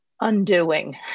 undoing